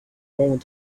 warrant